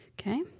Okay